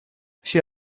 she